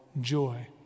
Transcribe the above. joy